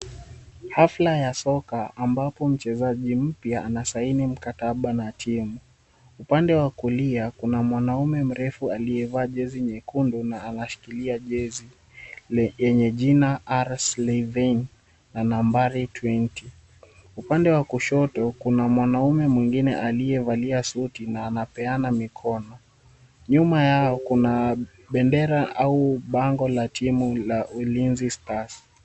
Hafla ya soka ambapo mchezaji mpya anasahini mkataba na timu. Upande wa kulia, kuna mwanaume mrefu aliyevaa jezi nyekundu na anashikilia jezi yenye jina, R Slyvaine, na nambari twenty . Upande wa kushoto, kuna mwanaume mwingine aliyevalia suti na anapeana mikono. Nyuma yao kuna bendera au bango la timu la Ulinzi stars.